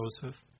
Joseph